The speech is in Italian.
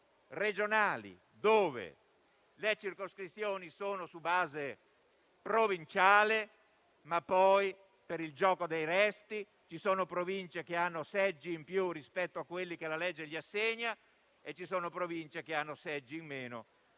regionali, dove le circoscrizioni sono su base provinciale, ma poi, per il gioco dei resti, ci sono Province che hanno seggi in più rispetto a quelli che la legge assegna loro e ci sono Province che hanno seggi in meno